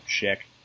Check